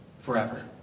forever